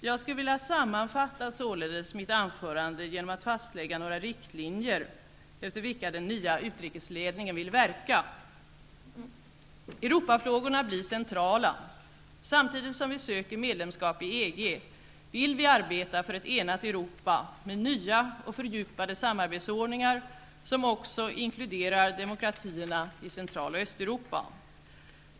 Jag skulle vilja sammanfatta mitt anförande genom att fastlägga några riktlinjer efter vilka den nya utrikesledningen vill verka: Europafrågorna blir centrala. Samtidigt som vi söker medlemskap i EG vill vi arbeta för ett enat Europa med nya och fördjupade samarbetsordningar, som också inkluderar demokratierna i Central och Östeuropa.